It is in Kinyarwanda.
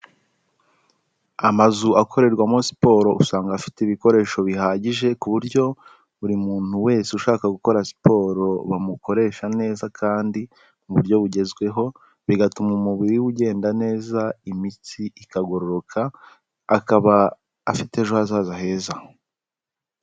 Amazu akorerwamo siporo usanga afite ibikoresho bihagije ku buryo buri muntu wese ushaka gukora siporo bamukoresha neza kandi mu buryo bugezweho, bigatuma umubiri we ugenda neza, imitsi ikagororoka, akaba afite ejo hazaza heza.